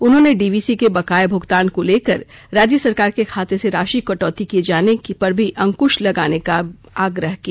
उन्होंने डीवीसी के बकाये भुगतान को लेकर राज्य सरकार के खाते से राशि कटौती किये जाने पर भी अंकृश लगाने का भी आग्रह किया